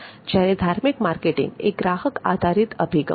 જ્યારે ધાર્મિક માર્કેટિંગ એ ગ્રાહક આધારિત અભિગમ છે